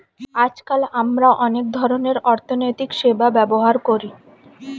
আজকাল আমরা অনেক ধরনের অর্থনৈতিক সেবা ব্যবহার করি